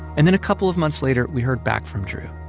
and then a couple of months later, we heard back from drew.